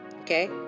Okay